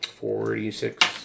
Forty-six